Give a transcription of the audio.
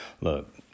Look